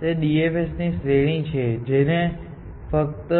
તે DFSની શ્રેણી છે જેને ફક્ત